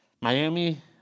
Miami